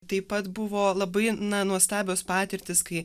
taip pat buvo labai na nuostabios patirtys kai